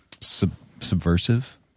subversive